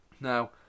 now